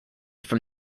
from